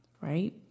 right